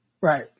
Right